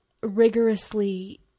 rigorously